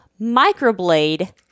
microblade